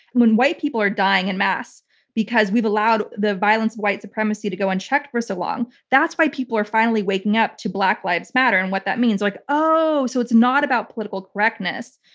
when white people are dying en and masse because we've allowed the violence white supremacy to go unchecked for so long, that's why people are finally waking up to black lives matter and what that means like, oh, so it's not about political correctness.